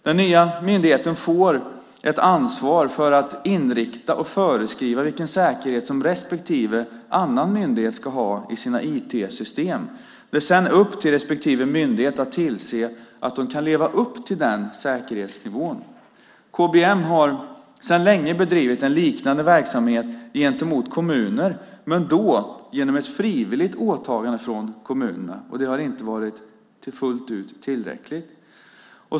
Den nya myndigheten får ett ansvar för att inrikta och föreskriva vilken säkerhet som respektive annan myndighet ska ha i sina IT-system. Det är sedan upp till respektive myndighet att tillse att man kan leva upp till den säkerhetsnivån. KBM har sedan länge bedrivit en liknande verksamhet gentemot kommuner, men då genom ett frivilligt åtagande från kommunen. Det har inte varit fullt ut tillräckligt.